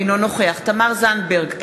אינו נוכח תמר זנדברג,